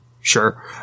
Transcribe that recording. Sure